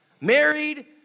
married